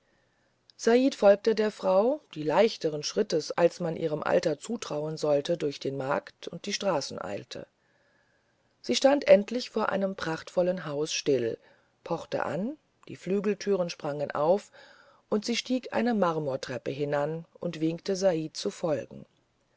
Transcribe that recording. said folgte der frau die leichteren schrittes als man ihrem alter zutrauen sollte durch den markt und die straßen eilte sie stand endlich vor einem prachtvollen hause still pochte an die flügeltüren sprangen auf und sie stieg eine marmortreppe hinan und winkte said zu folgen